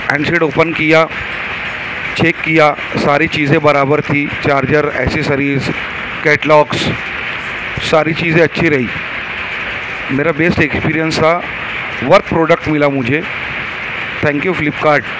handset open کیا check کیا ساری چیزیں برابر تھی چارجر ایسیسریز کیٹلاکس ساری چیزیں اچھی رہی میرا بیسٹ ایکسپیرئنس تھا ورک پروڈکٹ ملا مجھے تھینک یو فلپکارٹ